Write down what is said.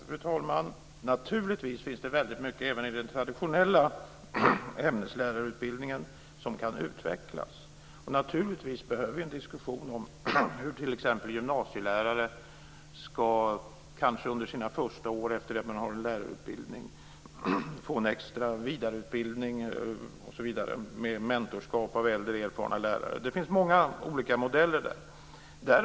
Fru talman! Det finns naturligtvis väldigt mycket även i den traditionella ämneslärarutbildningen som kan utvecklas. Och vi behöver naturligtvis en diskussion om hur t.ex. gymnasielärare under sina första år efter det att de har fått sin lärarutbildning ska få en vidareutbildning osv. Det kan vara mentorskap med äldre, erfarna lärare. Det finns många olika modeller för det här.